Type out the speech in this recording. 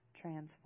transform